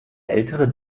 ältere